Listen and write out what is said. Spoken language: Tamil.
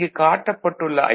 இங்கு காட்டப்பட்டுள்ள ஐ